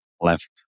left